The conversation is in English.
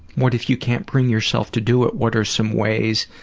what if you can't bring yourself to do it? what are some ways